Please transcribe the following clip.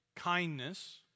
kindness